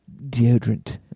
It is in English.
deodorant